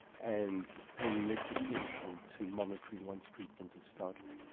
and paying less attention to monitoring once treatment has started.